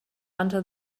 until